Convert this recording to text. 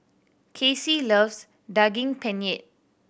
Kassie loves Daging Penyet